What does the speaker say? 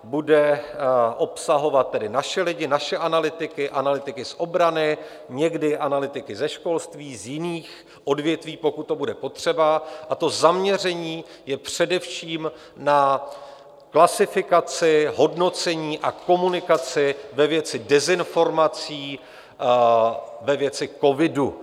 Bude obsahovat naše lidi, naše analytiky, analytiky z obrany, někdy i analytiky ze školství, z jiných odvětví, pokud to bude potřeba, a zaměření je především na klasifikaci, hodnocení a komunikaci ve věci dezinformací ve věci covidu.